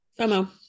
FOMO